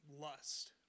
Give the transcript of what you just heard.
lust